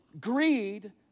greed